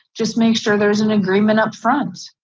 just make sure there's an agreement up front.